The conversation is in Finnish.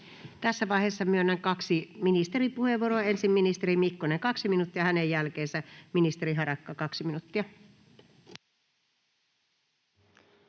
Tässä vaiheessa myönnän kaksi ministeripuheenvuoroa. Ensin ministeri Mikkonen, 2 minuuttia, ja hänen jälkeensä ministeri Harakka, 2 minuuttia.